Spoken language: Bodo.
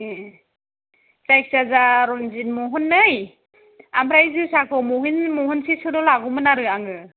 ए जायखिजाया रन्जित महननै ओमफ्राय जोसाखौ महन महनसेसोल' लागौमोन आरो आङो